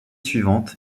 suivantes